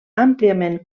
àmpliament